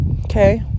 okay